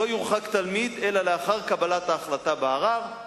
לא יורחק תלמיד אלא לאחר קבלת ההחלטה בערר".